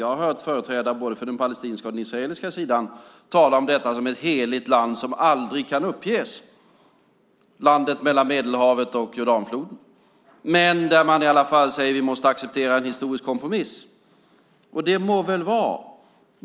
Jag har hört företrädare från både den palestinska och den israeliska sidan tala om detta som ett heligt land som aldrig kan uppges - landet mellan Medelhavet och Jordanfloden. Men man säger i alla fall att man måste acceptera en historisk kompromiss. Det må väl vara.